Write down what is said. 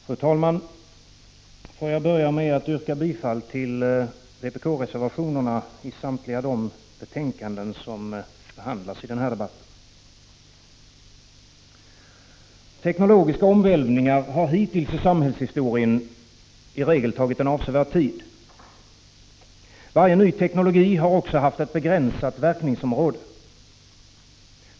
Fru talman! Jag vill börja med att yrka bifall till vpk-reservationerna i samtliga betänkanden som behandlas i denna debatt. Teknologiska omvälvningar har hittills i samhällshistorien tagit avsevärd tid. Varje ny teknologi har också haft ett begränsat verkningsområde.